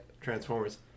Transformers